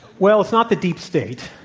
well, it's not the deep state.